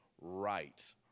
right